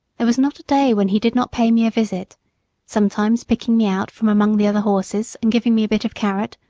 there was not a day when he did not pay me a visit sometimes picking me out from among the other horses, and giving me a bit of carrot,